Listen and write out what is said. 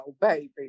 baby